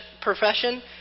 profession